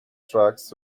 tracks